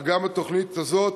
אך התוכנית הזאת